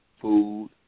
food